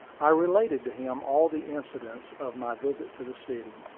i related to him all the incidents of my visit to the city,